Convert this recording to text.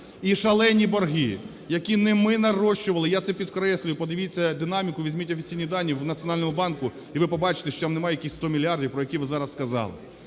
І шалені борги, які не ми нарощували, я це підкреслюю, подивіться динаміку, візьміть офіційні дані в Національному банку, і ви побачите, що там немає 100 мільярдів, про які ви зараз сказали.